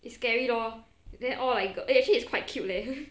it's scary lor then all like a actually it's quite cute leh